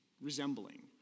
resembling